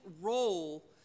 role